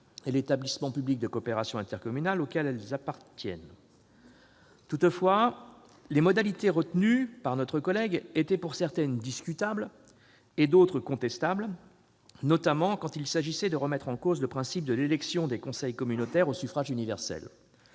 le lien entre les communes et l'EPCI auquel celles-ci appartiennent. Toutefois, les modalités retenues par notre collègue étaient pour certaines discutables et pour d'autres contestables, notamment quand il s'agissait de remettre en cause le principe de l'élection des conseils communautaires au suffrage universel.